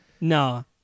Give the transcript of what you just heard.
No